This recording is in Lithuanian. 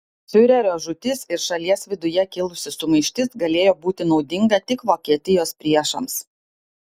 fiurerio žūtis ir šalies viduje kilusi sumaištis galėjo būti naudinga tik vokietijos priešams